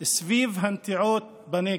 סביב הנטיעות בנגב.